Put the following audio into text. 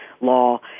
law